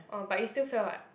oh but you still fail [what]